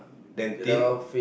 then till